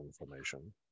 information